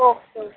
okay